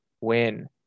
win